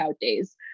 days